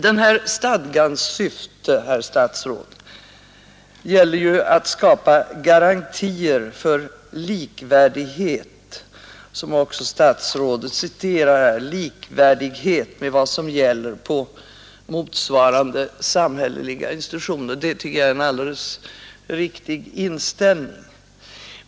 Vårdhemsstadgans syfte är ju att skapa garantier för, som statsrådet också säger i sitt svar, att vården blir ”likvärdig med vad som gäller på motsvarande samhälleliga institutioner”. Jag tycker att det är en alldeles riktig inställning.